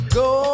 go